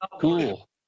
cool